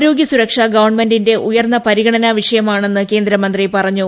ആരോഗ്യ സുരക്ഷ ഗവൺമെന്റിന്റെ ഉയർന്ന പരിഗണനാ വിഷയമാണെന്ന് കേന്ദ്രമന്ത്രി പറഞ്ഞു